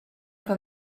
que